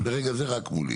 ברגע זה רק מולי.